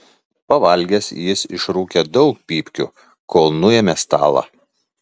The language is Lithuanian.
pavalgęs jis išrūkė daug pypkių kol nuėmė stalą